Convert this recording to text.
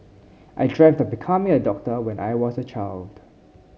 I dreamt of becoming a doctor when I was a child